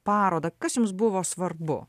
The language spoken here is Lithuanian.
parodą kas jums buvo svarbu